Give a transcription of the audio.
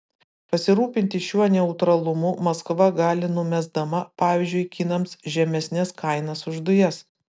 pasirūpinti šiuo neutralumu maskva gali numesdama pavyzdžiui kinams žemesnes kainas už dujas